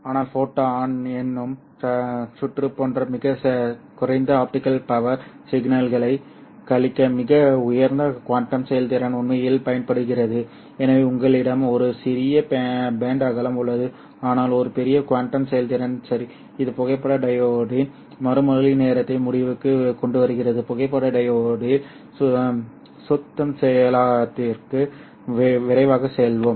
ஆனால் ஃபோட்டான் எண்ணும் சுற்று போன்ற மிகக் குறைந்த ஆப்டிகல் பவர் சிக்னல்களைக் கழிக்க மிக உயர்ந்த குவாண்டம் செயல்திறன் உண்மையில் பயன்படுத்தப்படுகிறது எனவே உங்களிடம் ஒரு சிறிய பேண்ட் அகலம் உள்ளது ஆனால் ஒரு பெரிய குவாண்டம் செயல்திறன் சரி இது புகைப்பட டையோடின் மறுமொழி நேரத்தை முடிவுக்குக் கொண்டுவருகிறது புகைப்பட டையோடில் சத்தம் செயலாக்கத்திற்கு விரைவாகச் செல்வோம்